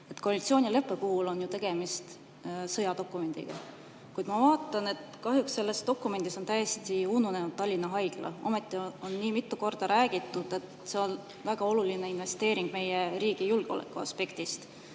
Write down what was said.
koalitsioonileppe puhul on ju tegemist sõjadokumendiga. Kuid ma vaatan, et kahjuks selles dokumendis on täiesti ununenud Tallinna Haigla. Ometi on mitu korda räägitud, et see on väga oluline investeering meie riigi julgeoleku aspektist